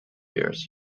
years